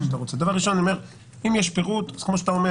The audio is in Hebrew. דבר ראשון אם יש פירוט אז כמו שאתה אומר